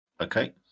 Okay